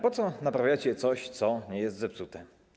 Po co naprawiacie coś, co nie jest zepsute?